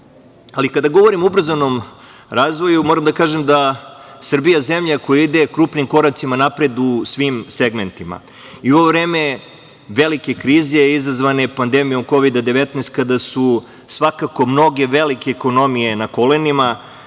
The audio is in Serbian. Srbiji. Kada govorimo o ubrzanom razvoju, moram da kažem da je Srbija zemlja koja ide krupnim koracima napred u svim segmentima. U ovo vreme velike krize izazvane pandemijom Kovida - 19, kada su svakako mnoge velike ekonomije na kolenima,